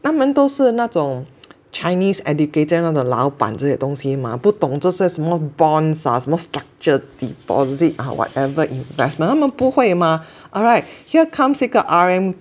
他们都是那种 Chinese educated 那种老板这些东西嘛不懂这些什么 bonds ah 什么 structure deposit or whatever investment 他们不会嘛 alright here comes 一个 R_M